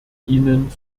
ihnen